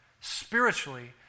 spiritually